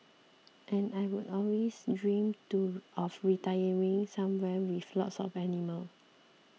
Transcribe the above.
and I'd always dreamed to of retiring somewhere with lots of animals